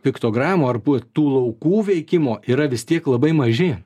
piktogramų ar pu tų laukų veikimo yra vis tiek labai maži